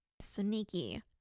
Sneaky